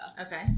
okay